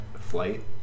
Flight